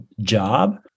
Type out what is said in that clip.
job